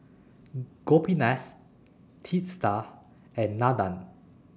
Gopinath Teesta and Nandan